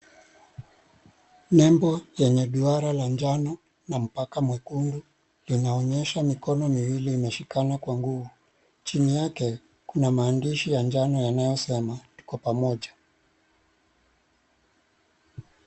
Nembo yenye duara la njano na mpaka mwekundu. Linaonyesha mikono miwili imeshikana kwa nguvu. Chini yake kuna maandishi ya njano yanasema tuko pamoja.